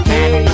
Hey